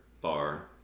bar